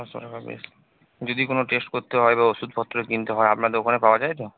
পাঁচশো টাকা বেশ যদি কোনো টেস্ট করতে হয় বা ওষুধপত্র কিনতে হয় আপনার দোকানে পাওয়া যায় তো